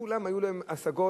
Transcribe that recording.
וכולם היו להם השגות